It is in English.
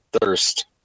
thirst